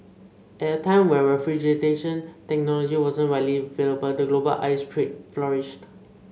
at a time when refrigeration technology wasn't widely available the global ice trade flourished